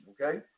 okay